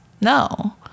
No